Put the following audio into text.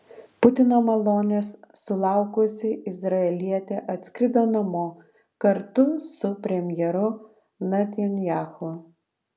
putino malonės sulaukusi izraelietė atskrido namo kartu su premjeru netanyahu